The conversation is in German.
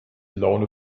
laune